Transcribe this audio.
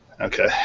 Okay